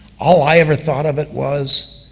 all i ever thought of it was,